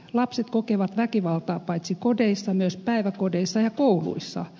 lapset kokevat väkivaltaa paitsi kodeissa myös päiväkodeissa ja kouluissa